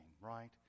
right